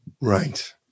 Right